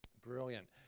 Brilliant